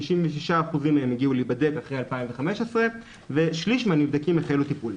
כ-56% מהם הגיעו להיבדק אחרי 2015 ושליש מהנבדקים החלו טיפול.